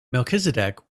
melchizedek